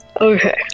Okay